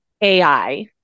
AI